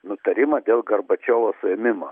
nutarimą dėl garbačiovo suėmimo